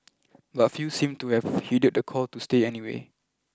but few seemed to have heeded the call to stay away